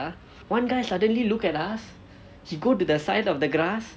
one guy suddenly look at us he go to the side of the grass